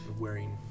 wearing